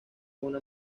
una